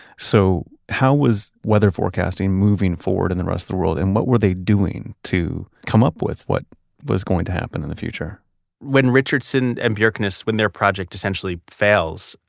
so how is weather forecasting moving forward in the rest of the world and what were they doing to come up with what was going to happen in the future when richardson and bjerknes, when their project essentially fails,